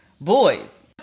boys